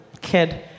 kid